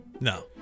no